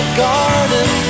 garden